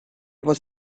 was